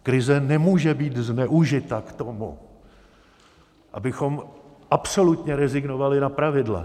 Krize nemůže být zneužita k tomu, abychom absolutně rezignovali na pravidla.